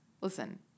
listen